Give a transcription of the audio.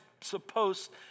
supposed